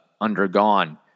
undergone